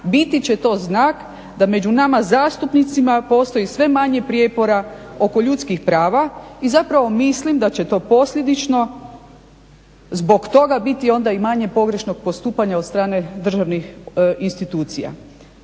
biti će to znak da među nama zastupnicima postoji sve manje prijepora oko ljudskih prava. I zapravo mislim da će to posljedično zbog toga biti onda i manje pogrešnog postupanja od strane državnih institucija,